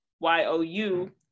y-o-u